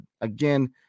again